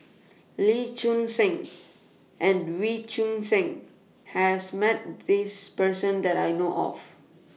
Lee Choon Seng and Wee Choon Seng has Met This Person that I know of